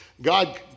God